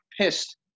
pissed